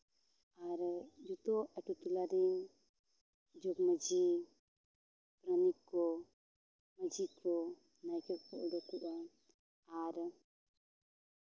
ᱟᱨ ᱡᱚᱛᱚ ᱟᱹᱛᱩ ᱴᱚᱞᱟ ᱨᱮᱱ ᱡᱚᱜᱽ ᱢᱟᱹᱡᱷᱤ ᱯᱟᱨᱟᱱᱤᱠ ᱠᱚ ᱢᱟᱹᱡᱷᱤ ᱠᱚ ᱱᱟᱭᱠᱮ ᱠᱚᱠᱚ ᱩᱰᱩᱠᱚᱜᱼᱟ ᱟᱨ